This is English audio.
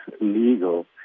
legal